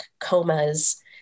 comas